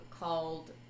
called